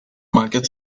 market